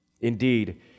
Indeed